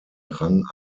rang